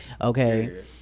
Okay